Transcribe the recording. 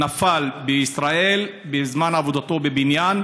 הוא נפל בישראל בזמן עבודתו בבניין,